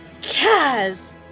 kaz